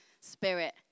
spirit